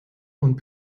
und